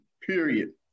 period